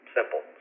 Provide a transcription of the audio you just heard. Simple